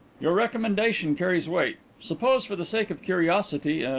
your recommendation carries weight. suppose, for the sake of curiosity,